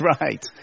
right